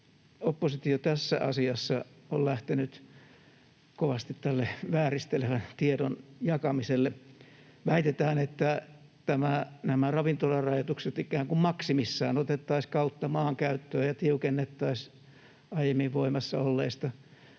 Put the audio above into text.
oppositio on nyt tässä asiassa lähtenyt kovasti tähän vääristelevän tiedon jakamiseen: väitetään, että nämä ravintolarajoitukset ikään kuin maksimissaan otettaisiin kautta maan käyttöön ja tiukennettaisiin aiemmin voimassa olleista.